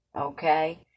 okay